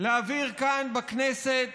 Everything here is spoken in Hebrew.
להעביר כאן בכנסת